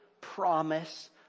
promise